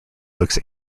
looks